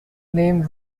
name